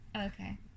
okay